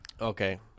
Okay